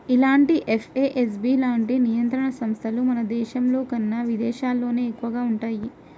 ఇలాంటి ఎఫ్ఏఎస్బి లాంటి నియంత్రణ సంస్థలు మన దేశంలోకన్నా విదేశాల్లోనే ఎక్కువగా వుంటయ్యి